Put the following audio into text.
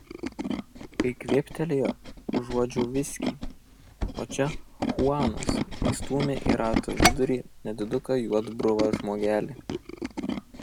kai kvėptelėjo užuodžiau viskį o čia chuanas įstūmė į rato vidurį nediduką juodbruvą žmogelį